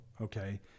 okay